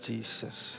Jesus